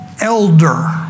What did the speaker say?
Elder